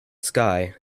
sky